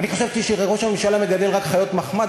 אני חשבתי שראש הממשלה מגדל רק חיות מחמד,